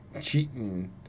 cheating